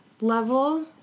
level